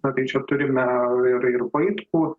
na tai čia turime ir ir vaitkų